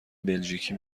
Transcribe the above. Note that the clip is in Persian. بلژیکی